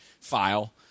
file